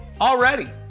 already